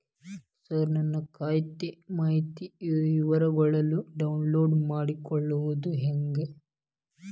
ಸರ ನನ್ನ ಖಾತಾ ಮಾಹಿತಿ ವಿವರಗೊಳ್ನ, ಡೌನ್ಲೋಡ್ ಮಾಡ್ಕೊಳೋದು ಹೆಂಗ?